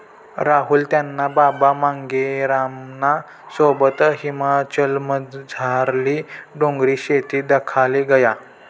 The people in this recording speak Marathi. राहुल त्याना बाबा मांगेरामना सोबत हिमाचलमझारली डोंगरनी शेती दखाले गया